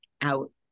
out